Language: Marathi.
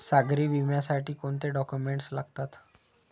सागरी विम्यासाठी कोणते डॉक्युमेंट्स लागतात?